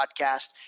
podcast